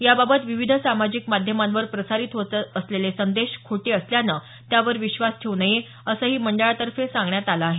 याबाबत विविध समाजिक मध्यमांवर प्रसारित होत असलेले संदेश खोटे असल्यानं त्यावर विश्वास ठेऊ नये असही मंडळातर्फे सांगण्यात आलं आहे